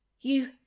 You